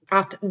att